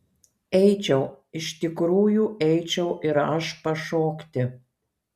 eičiau iš tikrųjų eičiau ir aš pašokti